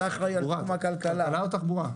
אתה אחראי כל תחום הכלכלה והתחבורה.